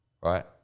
right